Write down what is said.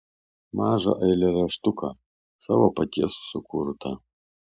mažą eilėraštuką savo paties sukurtą